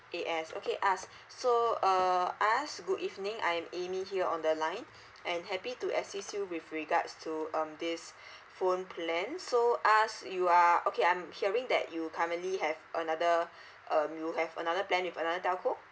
A S okay as so uh as good evening I'm amy here on the line and happy to assist you with regards to um this phone plan so as you are okay I'm hearing that you currently have another um you have another plan with another telco